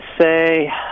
say